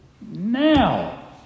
now